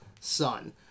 son